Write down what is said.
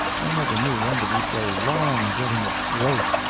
i never knew one to be so long getting its growth.